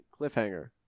cliffhanger